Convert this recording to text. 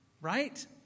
right